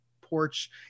porch